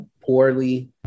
poorly